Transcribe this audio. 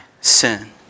sin